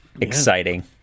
exciting